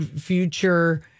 future